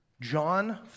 John